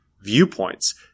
viewpoints